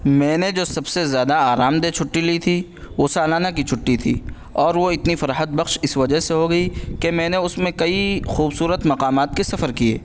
میں نے جو سب سے زیادہ آرامدہ چھٹی لی تھی وہ سالانہ کی چھٹی تھی اور وہ اتنی فرحت بخش اس وجہ سے ہو گئی کہ میں نےاس میں کئی خوبصورت مقامات کے سفر کیے